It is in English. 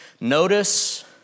Notice